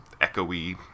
echoey